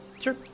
Sure